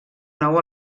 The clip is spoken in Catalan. nou